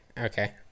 okay